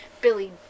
Billy